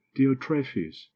diotrephes